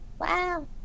Wow